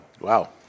wow